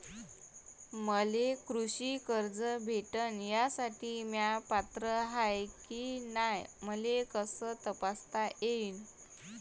मले कृषी कर्ज भेटन यासाठी म्या पात्र हाय की नाय मले कस तपासता येईन?